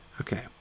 Okay